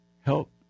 help